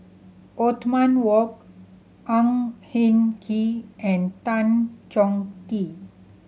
Othman Wok Ang Hin Kee and Tan Chong Tee